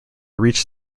reach